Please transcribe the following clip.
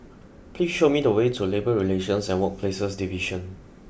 please show me the way to Labour Relations and Workplaces Division